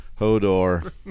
hodor